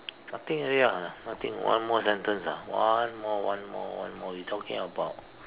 nothing already ah nothing one more sentence ah one more one more one more you talking about